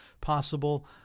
possible